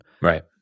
right